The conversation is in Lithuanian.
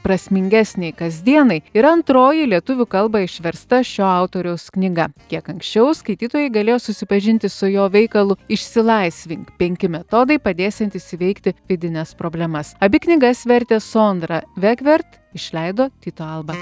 prasmingesnei kasdienai ir antroji į lietuvių kalbą išversta šio autoriaus knyga kiek anksčiau skaitytojai galėjo susipažinti su jo veikalu išsilaisvink penki metodai padėsiantys įveikti vidines problemas abi knygas vertė sondra vekvert išleido tyto alba